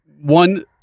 one